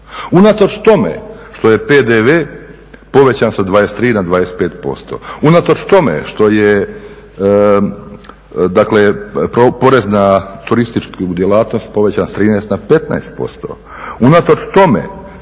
unatoč tome što je PDV povećan sa 23 na 25%, unatoč tome što je, dakle porez na turističku djelatnost povećan sa 13 na 15%, unatoč tome